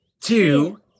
two